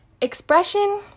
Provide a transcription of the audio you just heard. Expression